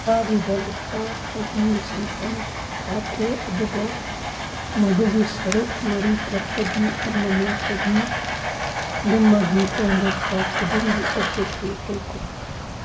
ꯑꯄꯥꯕꯤꯗ ꯂꯨꯄꯥ ꯆꯍꯨꯝꯒꯤ ꯁꯦꯟꯐꯟ ꯊꯥꯈꯣ ꯑꯗꯨꯒ ꯃꯗꯨꯒꯤ ꯁꯔꯨꯛ ꯃꯔꯤ ꯊꯣꯛꯄꯒꯤ ꯑꯃꯅ ꯆꯍꯤ ꯗꯨꯃꯒꯤ ꯑꯣꯏꯅ ꯊꯥ ꯈꯨꯗꯤꯡꯒꯤ ꯑꯣꯇꯣꯄꯦ ꯇꯧꯈꯣ